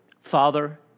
Father